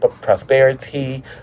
prosperity